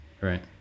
right